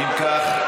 אם כך,